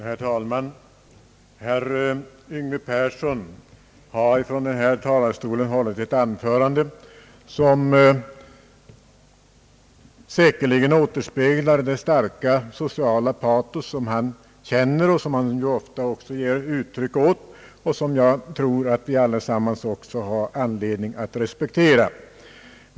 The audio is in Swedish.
Herr talman! Herr Yngve Persson har från denna talarstol hållit ett anförande, som säkerligen återspeglar det starka sociala patos som han känner och som han ofta också ger uttryck åt och som jag tror att vi alla har anledning att respektera.